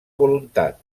voluntat